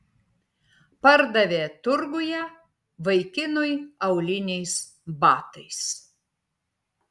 pardavė turguje vaikinui auliniais batais